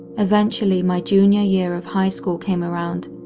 eventually my junior year of high school came around,